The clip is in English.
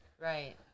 Right